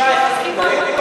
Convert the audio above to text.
זה בושה איך את מתנהגת.